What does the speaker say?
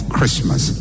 Christmas